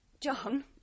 John